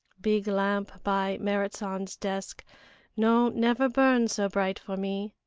big lamp by merrit san's desk no never burn so bright for me.